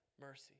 mercy